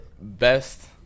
best